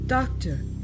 Doctor